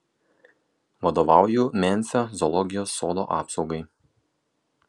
vadovauju memfio zoologijos sodo apsaugai